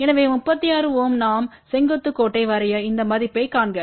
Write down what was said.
எனவே 36 Ω நாம் செங்குத்து கோட்டை வரைய இந்த மதிப்பைக் காண்க